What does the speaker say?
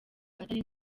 atari